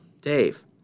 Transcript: Dave